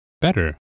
better